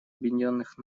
объединенных